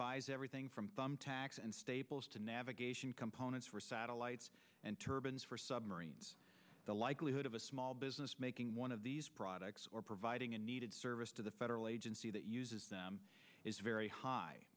buys everything from thumbtacks and staples to navigation components for satellites and turbans for submarines the likelihood of a small business making one of these products or providing a needed service to the federal agency that uses them is very high